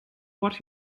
what